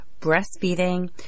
breastfeeding